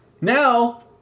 Now